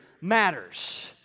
matters